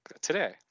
today